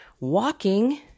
walking